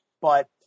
But-